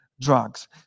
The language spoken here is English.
drugs